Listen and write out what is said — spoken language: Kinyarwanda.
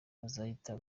bazahita